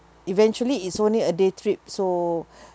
eventually is only a day trip so